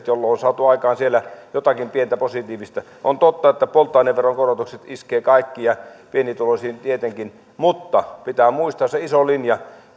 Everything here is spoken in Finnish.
jolloin on saatu aikaan siellä jotakin pientä positiivista on totta että polttoaineveron korotukset iskevät kaikkiin pienituloisiin tietenkin mutta pitää muistaa se iso linja